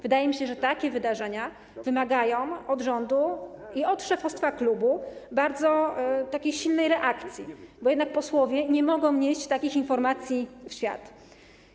Wydaje mi się, że takie wydarzenia wymagają od rządu i szefostwa klubu bardzo silnej reakcji, bo jednak posłowie nie mogą nieść takich informacji w świat.